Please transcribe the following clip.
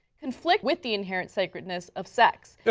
conflict with the inherent sacredness of sex.